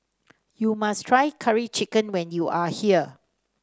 you must try Curry Chicken when you are here